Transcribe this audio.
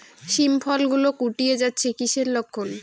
শিম ফল গুলো গুটিয়ে যাচ্ছে কিসের লক্ষন?